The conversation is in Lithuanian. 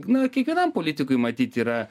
na kiekvienam politikui matyt yra